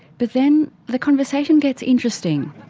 but then the conversation gets interesting.